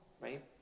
right